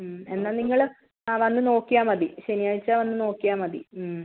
മ് എന്നാൽ നിങ്ങൾ ആ വന്ന് നോക്കിയാൽ മതി ശനിയാഴ്ച വന്ന് നോക്കിയാൽ മതി മ്